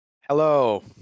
Hello